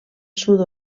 sud